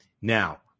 Now